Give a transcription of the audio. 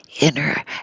inner